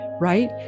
Right